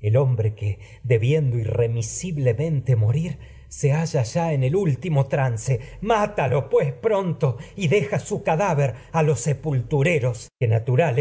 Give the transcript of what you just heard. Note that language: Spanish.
el hombre debiendo irremisiblemente morir pronto es se halla ya en el últi mo trance mátalo que pues y deja su cadáver a los sepultureros y se natural